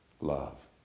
love